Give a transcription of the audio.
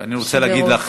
ואני רוצה להגיד לך,